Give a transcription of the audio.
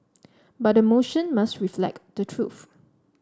but the motion must reflect the truth